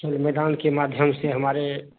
संविधान के माध्यम से हमारे